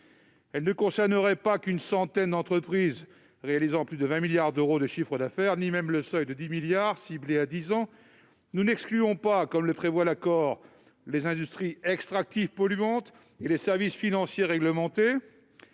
ne concernerait pas seulement une centaine d'entreprises réalisant plus de 20 milliards d'euros de chiffre d'affaires, ni même plus de 10 milliards d'euros pendant dix ans. Nous n'excluons pas, comme le prévoit l'accord, les industries extractives polluantes et les services financiers réglementés.